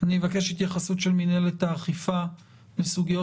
אני אבקש התייחסות של מנהלת האכיפה לסוגיות